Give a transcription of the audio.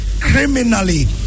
criminally